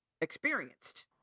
experienced